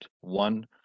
one